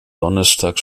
donnerstag